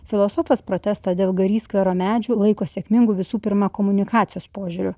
filosofas protestą dėl gary skvero medžių laiko sėkmingu visų pirma komunikacijos požiūriu